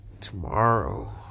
tomorrow